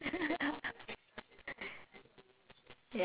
then you will eat right then you'll buy yourself some chips cause you think you deserve it